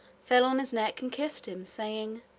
fell on his neck and kissed him, saying,